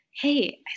Hey